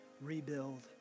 rebuild